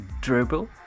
Dribble